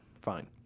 Fine